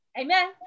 Amen